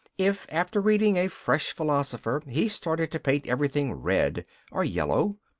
if, after reading a fresh philosopher, he started to paint everything red or yellow,